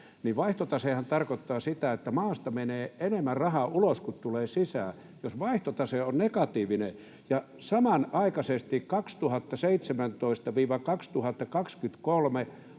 vaihtotasehan tarkoittaa sitä, että maasta menee enemmän rahaa ulos kuin tulee sisään. Jos vaihtotase on negatiivinen ja samanaikaisesti vuosina